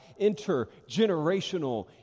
intergenerational